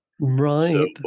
Right